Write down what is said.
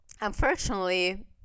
unfortunately